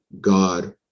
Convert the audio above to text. god